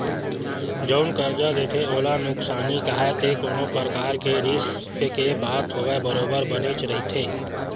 जउन करजा देथे ओला नुकसानी काहय ते कोनो परकार के रिस्क के बात होवय बरोबर बनेच रहिथे